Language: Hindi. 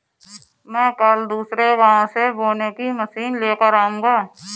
मैं कल दूसरे गांव से बोने की मशीन लेकर आऊंगा